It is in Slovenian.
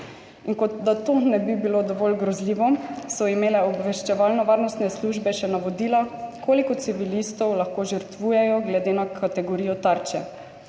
In kot da to ne bi bilo dovolj grozljivo, so imele obveščevalno-varnostne službe še navodila, koliko civilistov lahko žrtvujejo glede na kategorijo tarče;